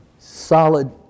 solid